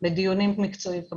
לדיונים מקצועיים.